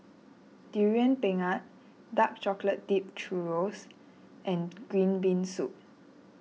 Durian Pengat Dark Chocolate Dipped Churros and Green Bean Soup